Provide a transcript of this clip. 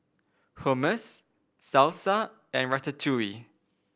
Hummus Salsa and Ratatouille